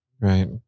Right